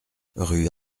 rue